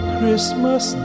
Christmas